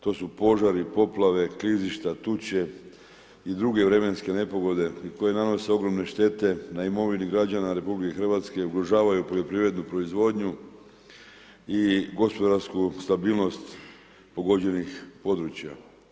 To su požari, poplave, klizišta, tuče i druge vremenske nepogode koje nanose ogromne štete na imovinu građana RH, ugrožavaju poljoprivrednu proizvodnju i gospodarsku stabilnost pogođenih područja.